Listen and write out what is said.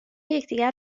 یکدیگر